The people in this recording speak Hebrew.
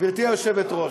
גברתי היושבת-ראש,